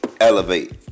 elevate